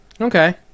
Okay